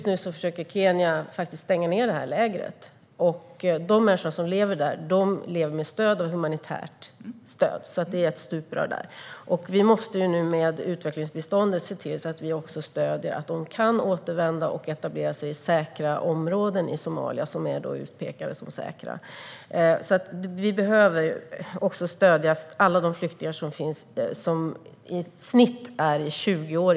Nu försöker Kenya stänga det här lägret. De människor som lever där lever med humanitärt stöd. Det är ett stuprör där. Vi måste nu med hjälp av utvecklingsbiståndet se till att vi också stöder att de kan återvända och etablera sig i områden i Somalia som är utpekade som säkra. Flyktingarna har i snitt flyktingstatus i 20 år.